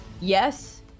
Yes